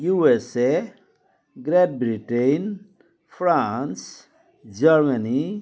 USA Great Britain France Germany